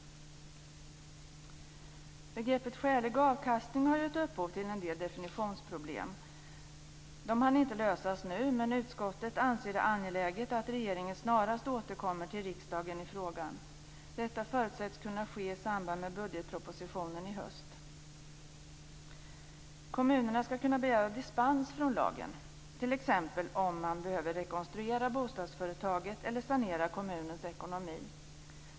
Begreppet skälig avkastning har gett upphov till en del definitionsproblem. De hann inte lösas nu, men utskottet anser det angeläget att regeringen snarast återkommer till riksdagen i frågan. Detta förutsetts kunna ske i samband med budgetpropositionen i höst. Kommunerna skall kunna begära dispens från lagen t.ex. om man behöver rekonstruera bostadsföretaget eller sanera kommunens ekonomi.